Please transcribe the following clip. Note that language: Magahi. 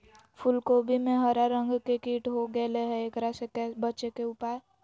फूल कोबी में हरा रंग के कीट हो गेलै हैं, एकरा से बचे के उपाय?